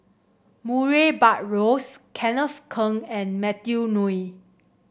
Murray Buttrose Kenneth Keng and Matthew Ngui